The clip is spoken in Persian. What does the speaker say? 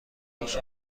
ریش